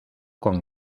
con